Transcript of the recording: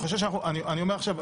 אני אומר עכשיו,